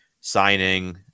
signing